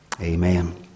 Amen